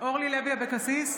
אורלי לוי אבקסיס,